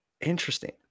Interesting